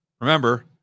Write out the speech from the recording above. remember